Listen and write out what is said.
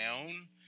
own